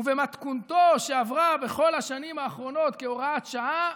ובמתכונתו שעברה בכל השנים האחרונות כהוראת שעה,